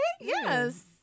Yes